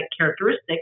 characteristic